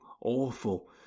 awful